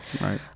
right